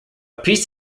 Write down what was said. piece